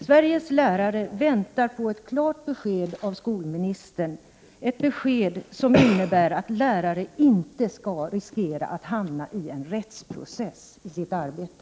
Sveriges lärare väntar på ett klart besked av skolministern, ett besked som innebär att lärare inte skall riskera att hamna i en rättsprocess i sitt arbete.